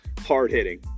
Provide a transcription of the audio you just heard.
hard-hitting